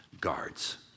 guards